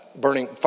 burning